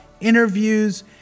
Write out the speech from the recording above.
interviews